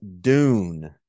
Dune